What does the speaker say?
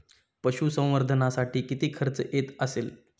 पशुसंवर्धनासाठी किती खर्च येत असेल?